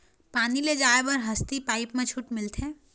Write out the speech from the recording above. पानी ले जाय बर हसती पाइप मा छूट मिलथे?